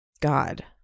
God